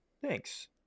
Thanks